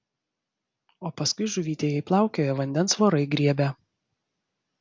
o paskui žuvytė jei plaukioja vandens vorai griebia